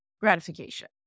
gratification